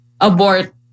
abort